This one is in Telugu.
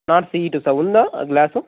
నార్త్ సిఈ టూ సార్ ఉందా ఆ గ్లాసు